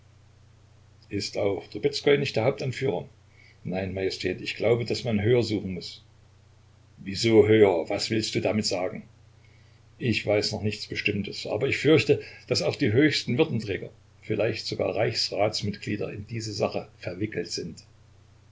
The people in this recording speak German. ist auch trubezkoi nicht der hauptanführer nein majestät ich glaube daß man höher suchen muß wieso höher was willst du damit sagen ich weiß noch nichts bestimmtes aber ich fürchte daß auch die höchsten würdenträger vielleicht sogar reichsratsmitglieder in diese sache verwickelt sind